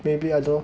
maybe I don't know